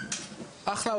אחלה,